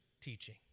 teaching